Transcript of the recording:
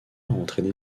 entraîné